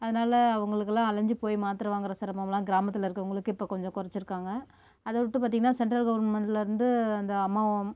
அதுனால் அவங்களுக்குலாம் அலஞ்சு போயி மாத்திரை வாங்குற சிரமம்லாம் கிராமத்தில் இருக்குறவங்களுக்கு இப்போ கொஞ்சம் குறச்சிருக்காங்க அதை விட்டு பார்த்தீங்கன்னா சென்ட்ரல் கவர்மெண்ட்லேருந்து இந்த அம்மா